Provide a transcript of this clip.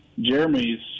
Jeremy's